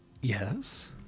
Yes